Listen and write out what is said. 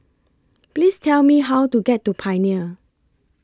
Please Tell Me How to get to Pioneer